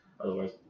otherwise